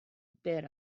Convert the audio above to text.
bit